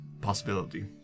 possibility